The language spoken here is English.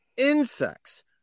Insects